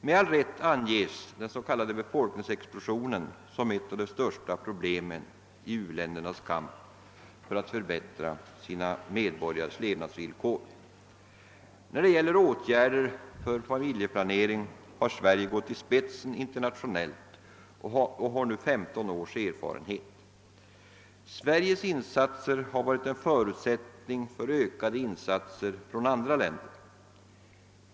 Med all rätt anges den den s.k. befolkningsexplosionen som ett av de stora problemen i u-ländernas kamp för att förbättra sina medborgares levnadsvillkor. När det gäller åtgärder för familjeplanering har Sverige gått i spetsen internationellt och har nu 15 års erfarenhet. Sveriges insatser har varit en förutsättning för ökade insatser från andra länder.